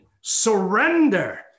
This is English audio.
Surrender